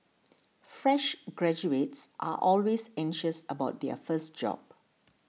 fresh graduates are always anxious about their first job